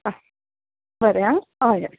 हय बरे आं हय हय